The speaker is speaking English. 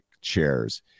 chairs